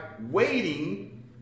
waiting